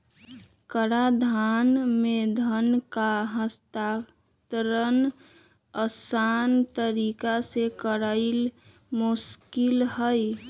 कराधान में धन का हस्तांतरण असान तरीका से करनाइ मोस्किल हइ